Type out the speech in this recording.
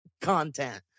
content